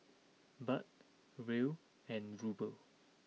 Baht Riel and Ruble